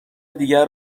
دیگر